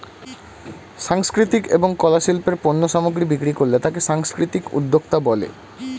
সাংস্কৃতিক এবং কলা শিল্পের পণ্য সামগ্রী বিক্রি করলে তাকে সাংস্কৃতিক উদ্যোক্তা বলে